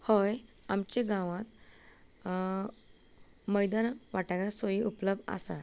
हय आमच्या गांवांत मैदान वाठारा सोय उपलब्ध आसा